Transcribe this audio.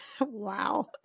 Wow